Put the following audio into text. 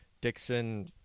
Dixon